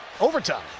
overtime